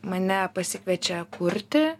mane pasikviečia kurti